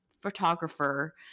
photographer